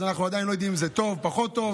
אז אנחנו עדיין לא יודעים אם זה טוב או פחות טוב.